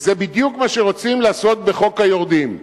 וזה בדיוק מה שרוצים לעשות בחוק היורדים.